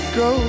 go